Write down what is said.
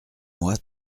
moi